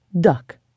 duck